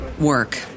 work